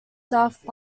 south